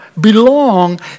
belong